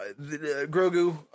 Grogu